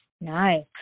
Nice